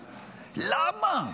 למה?